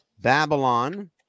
Babylon